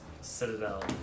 citadel